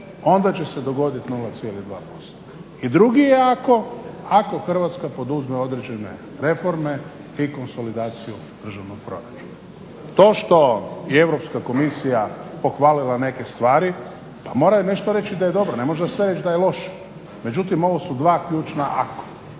onda će se dogoditi 0,2%. I drugi je ako, ako Hrvatska poduzme određene reforme i konsolidaciju državnog proračuna. To što je Europska komisija pohvalila neke stvari, pa moraju nešto reći da je dobro, ne može sve reći da je loše. Međutim, ovo su dva ključna ako.